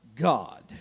God